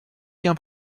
gains